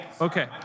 Okay